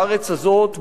בארץ הזאת,